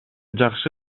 жакшы